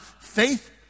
faith